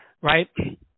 right